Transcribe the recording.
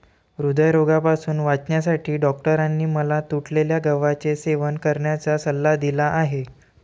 हृदयरोगापासून वाचण्यासाठी डॉक्टरांनी मला तुटलेल्या गव्हाचे सेवन करण्याचा सल्ला दिला आहे